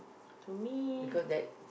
to me